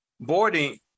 boarding